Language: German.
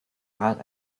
rat